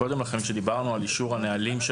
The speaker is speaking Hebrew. קודם לכן עת דיברנו על אישור הנהלים של